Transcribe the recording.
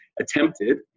attempted